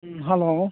ꯎꯝ hello